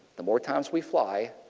the more times we fly,